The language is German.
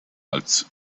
als